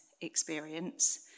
experience